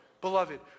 beloved